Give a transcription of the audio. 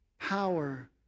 power